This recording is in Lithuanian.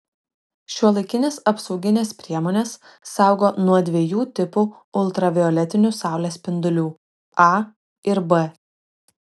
šiuolaikinės apsauginės priemonės saugo nuo dviejų tipų ultravioletinių saulės spindulių a ir b